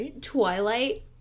Twilight